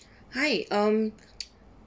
hi um